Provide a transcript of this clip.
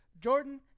Jordan